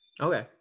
Okay